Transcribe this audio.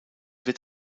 wird